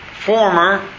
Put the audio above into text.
former